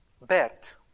bet